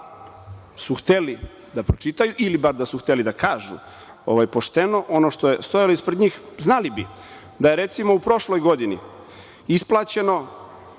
su hteli da pročitaju ili bar da su hteli da kažu pošteno ono što je stajalo ispred njih znali da bi da je, recimo, u prošloj godini isplaćeno